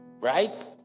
Right